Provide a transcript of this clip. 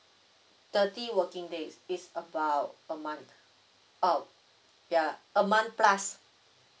thirty working days it's about a month uh ya a month plus